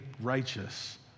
righteous